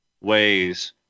ways